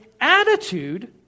attitude